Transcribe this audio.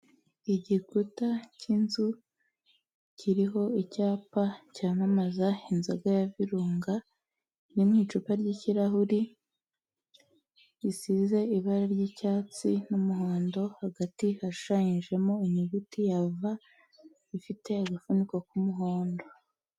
Igikuta cy'inzu kiriho icyapa cyamamaza inzoga ya virunga iri mu icupa ry'kirahuri risize ibara ry'icyatsi n'umuhondo, hagati ashushanyijemo inyuguti ya V ifite agafuniko k'umuhondo.